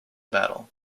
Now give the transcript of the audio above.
battle